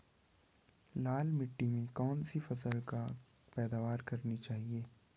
लाल मिट्टी में कौन सी फसल की पैदावार करनी चाहिए?